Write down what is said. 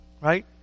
Right